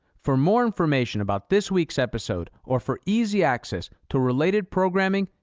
for more information about this week's episode, or for easy access to related programming,